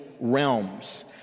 realms